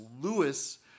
Lewis